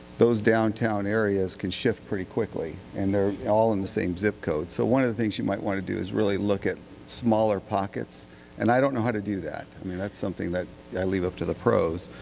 those downtown areas can shift pretty quickly and they are all in the same zip codes so one of the things you might want to do is look at smaller pockets and i don't know how to do that. i mean that is something that i leave up to the pros.